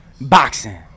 boxing